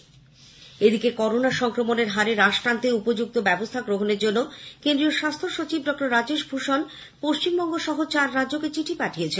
অন্যদিকে করোনা সংক্রমণের হারে রাশ টানতে উপযুক্ত ব্যবস্থা গ্রহনের জন্য কেন্দ্রীয় স্বাস্থ্য সচিব ডঃ রাজেশ ভূষণ গতকাল পশ্চিমবঙ্গ সহ চার রাজ্যকে চিঠি পাঠিয়েছেন